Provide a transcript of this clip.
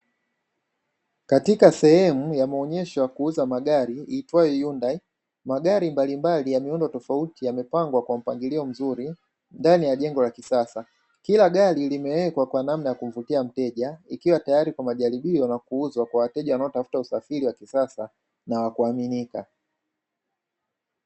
Katika sehemu ya maonyesho ya kuuza magari ilikuwa "hyundai" magari mbalimbali, ya muundo tofauti yamepangwa kwa mpangilio mzuri ndani ya jengo la kisasa kila gari limewekwa kwa namna ya kumvutia mteja; ikiwa tayari kwa majaribio na kuuzwa kwa wateja wanaotafuta usafiri wa kisasa na wa kuaminika.